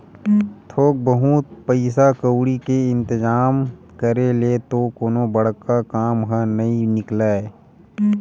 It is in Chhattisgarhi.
थोक बहुत पइसा कउड़ी के इंतिजाम करे ले तो कोनो बड़का काम ह नइ निकलय